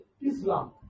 Islam